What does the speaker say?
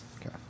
Okay